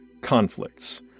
conflicts